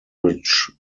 which